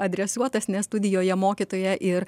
adresuotas nes studijoje mokytoja ir